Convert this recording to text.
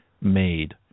made